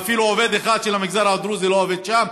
ואפילו עובד אחד מהמגזר הדרוזי לא עובד שם,